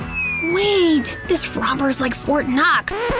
wait! this romper's like fort knox!